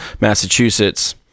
Massachusetts